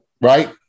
Right